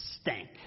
stank